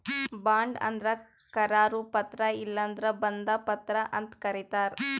bond ಅಂದ್ರ ಕರಾರು ಪತ್ರ ಇಲ್ಲಂದ್ರ ಬಂಧ ಪತ್ರ ಅಂತ್ ಕರಿತಾರ್